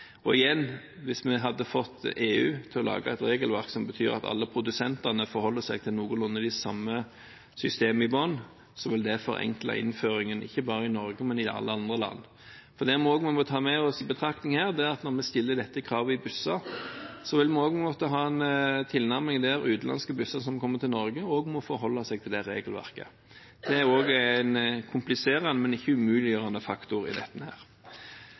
Og igjen, hvis vi hadde fått EU til å lage et regelverk som betyr at alle produsentene forholder seg til noenlunde det samme systemet i bunnen, ville det forenkle innføringen, ikke bare i Norge, men i alle andre land. Så det vi også må ta med oss i betraktningen her, er at når vi stiller dette kravet i busser, vil vi måtte ha en tilnærming der utenlandske busser som kommer til Norge, også må forholde seg til det regelverket. Det er også en kompliserende, men ikke umuliggjørende faktor i dette.